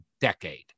decade